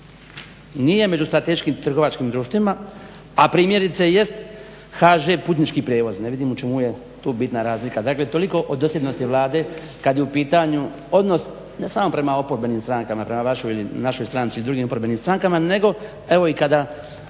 nije među strateškim trgovačkim društvima a primjerice jest HŽ putnički prijevoz. Ne vidim u čemu je tu bitna razlika. Dakle, toliko o dosljednosti Vlade kad je u pitanju odnos ne samo prema oporbenim strankama i prema vašoj ili našoj stranci i drugim oporbenim strankama nego evo i kada